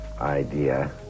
idea